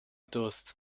durst